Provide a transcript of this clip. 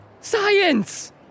Science